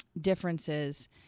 differences